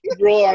bro